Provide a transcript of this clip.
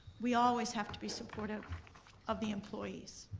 we always have to be supportive of the employees.